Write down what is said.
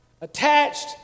attached